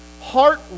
Heart